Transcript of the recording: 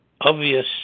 obvious